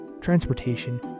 transportation